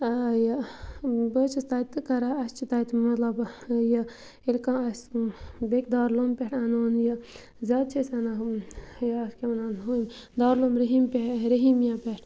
آ یہِ بہٕ حظ چھَس تَتہِ تہِ کَران اَسہِ چھُ تَتہِ مَطلَب یہِ ییٚلہِ کانٛہہ اَسہِ بیٚکہِ دارالعلوم پٮ۪ٹھ اَنون یہِ زیادٕ چھِ أسۍ اَنان ہُم یہِ اَتھ کیاہ وَنان ہُم دارالعلوم رحیٖم پیٚہ رحیٖمیا پٮ۪ٹھ